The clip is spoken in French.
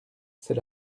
c’est